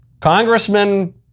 Congressman